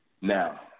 Now